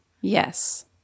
Yes